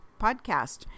Podcast